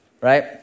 right